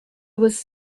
was